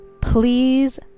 please